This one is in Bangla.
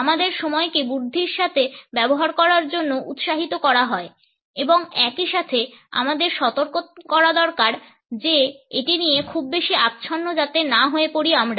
আমাদের সময়কে বুদ্ধির সাথে ব্যবহার করার জন্য উৎসাহিত করা হয় এবং একই সাথে আমাদের সতর্ক করা দরকার যে এটি নিয়ে খুব বেশি আচ্ছন্ন যাতে না হয়ে পরি আমরা